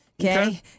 okay